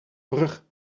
brug